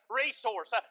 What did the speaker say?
resource